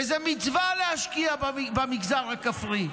וזו מצווה להשקיע במגזר הכפרי.